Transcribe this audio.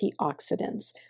antioxidants